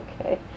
Okay